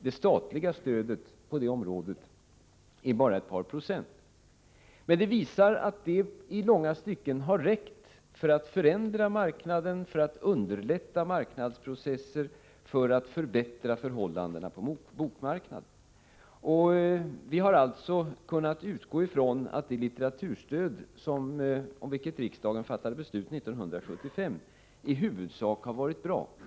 Det statliga stödet på det området är bara ett par procent. Men det visar att det i långa stycken har räckt för att förändra marknaden, underlätta marknadsprocesser och förbättra förhållandena på bokmarknaden. Vi har alltså kunnat utgå från att det litteraturstöd, om vilket riksdagen fattade beslut 1975, i huvudsak har varit bra.